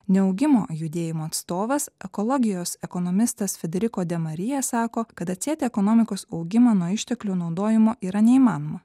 neaugimo judėjimo atstovas ekologijos ekonomistas federico demaria sako kad atsieti ekonomikos augimą nuo išteklių naudojimo yra neįmanoma